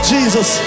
Jesus